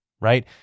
right